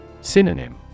Synonym